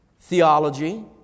theology